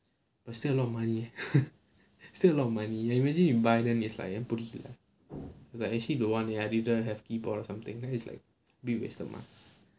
but still a lot of money still a lot of money ya imagine you buy then is like புடிக்கல:pudikkala is like actually don't want leh I didn' have keyboard or something ten it's like a bit wasted mah